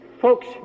Folks